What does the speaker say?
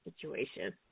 situation